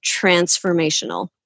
transformational